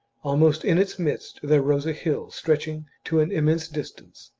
almost in its midst there rose a hill stretching to an immense distance,